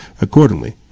accordingly